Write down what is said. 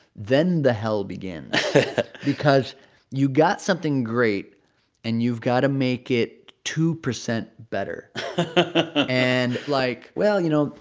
then the hell begins because you got something great and you've got to make it two percent better and, like, well, you know,